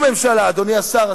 אדוני השר,